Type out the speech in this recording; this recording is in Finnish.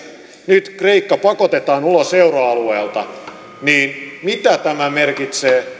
nyt kreikka pakotetaan ulos euroalueelta niin mitä tämä merkitsee